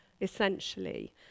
essentially